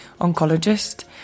oncologist